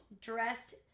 dressed